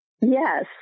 Yes